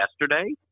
yesterday